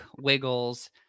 Wiggles